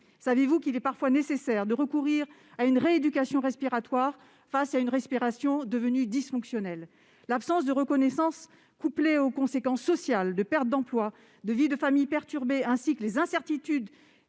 Savez-vous qu'il est parfois nécessaire de recourir à une rééducation respiratoire face à une respiration devenue dysfonctionnelle ? L'absence de reconnaissance, couplée aux conséquences sociales que représentent la perte d'emploi ou la vie de famille perturbée, ainsi que les incertitudes